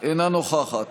אינה נוכחת